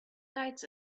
lights